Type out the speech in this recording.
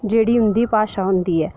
जेह्ड़ी उं'दी भाशा होंदी ऐ